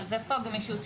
ואיפה הגמישות?